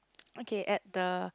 okay at the